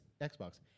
Xbox